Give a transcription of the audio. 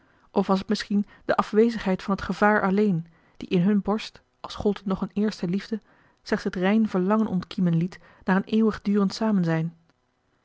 of was t misschien de afwezigheid van het gevaar alleen die in hun borst als gold het nog een eerste liefde slechts het rein verlangen ontkiemen liet naar een eeuwigdurend samenzijn